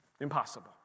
impossible